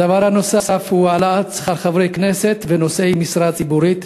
הדבר הנוסף הוא העלאת שכר חברי הכנסת ונושאי משרה ציבורית.